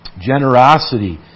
Generosity